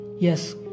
yes